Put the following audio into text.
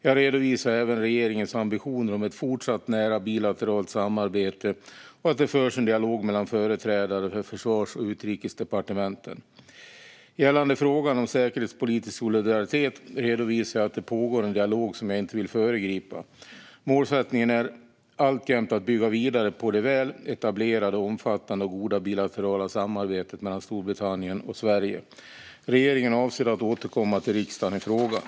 Jag redovisade även regeringens ambitioner om ett fortsatt nära bilateralt samarbete och att det förs en dialog mellan företrädare för försvars och utrikesdepartementen. Gällande frågan om säkerhetspolitisk solidaritet redovisade jag att det pågår en dialog som jag inte vill föregripa. Målsättningen är alltjämt att bygga vidare på det väl etablerade, omfattande och goda bilaterala samarbetet mellan Sverige och Storbritannien. Regeringen avser att återkomma till riksdagen i frågan.